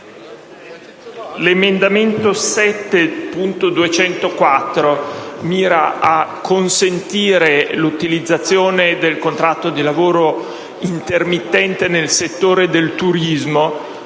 l'emendamento 7.204 mira a consentire l'utilizzazione del contratto di lavoro intermittente nel settore del turismo,